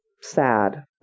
sad